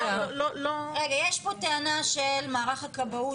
יש פה טענה של מערך הכבאות.